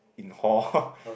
in hall